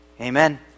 amen